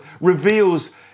reveals